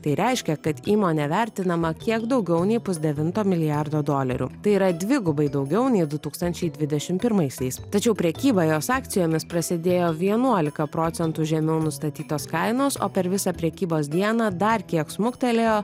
tai reiškia kad įmonė vertinama kiek daugiau nei pusdevinto milijardo dolerių tai yra dvigubai daugiau nei du tūkstančiai dvidešim pirmaisiais tačiau prekyba jos akcijomis prasidėjo vienuolika procentų žemiau nustatytos kainos o per visą prekybos dieną dar kiek smuktelėjo